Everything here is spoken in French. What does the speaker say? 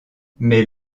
mais